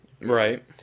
right